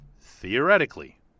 theoretically